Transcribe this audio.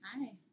Hi